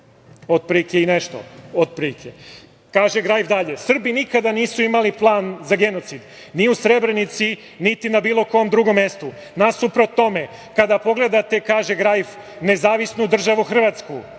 3.700 i nešto, otprilike. Kaže Grajf dalje - Srbi nikada nisu imali plan za genocid ni u Srebrenici, niti na bilo kom drugom mestu. Nasuprot tome, kada pogledate, kaže Grajf, Nezavisnu državu Hrvatsku,